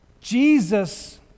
Jesus